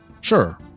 Sure